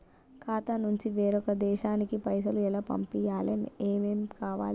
ఖాతా నుంచి వేరొక దేశానికి పైసలు ఎలా పంపియ్యాలి? ఏమేం కావాలి?